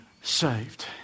saved